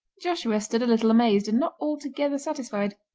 joshua stood a little amazed, and not altogether satisfied.